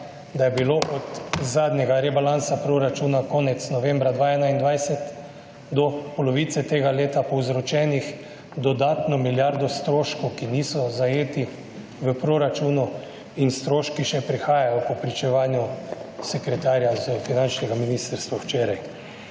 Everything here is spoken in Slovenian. da je bilo od zadnjega rebalansa proračuna konec novembra 2021 do polovice tega leta povzročenih dodatna milijarda stroškov, ki niso zajeti v proračunu in stroški še prihajajo po pričevanju sekretarja s finančnega ministrstva včeraj,